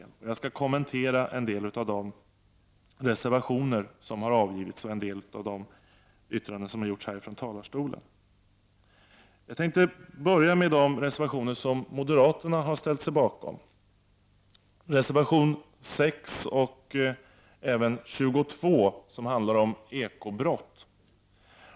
Låt mig kommentera en del av de avgivna reservationerna och några yttranden från talarstolen. Reservationerna 6 och 22, som avgivits av bl.a. moderata ledamöter, handlar om ekobrott.